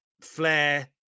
Flair